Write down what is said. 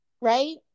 right